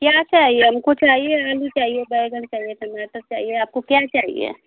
क्या चाहिए हमको चाहिए आलू चाहिए बैंगन चाहिए टमाटर चाहिए आपको क्या चाहिए